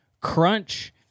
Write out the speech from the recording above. crunch